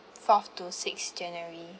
fourth to sixth january